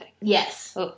Yes